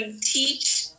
teach